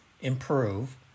improve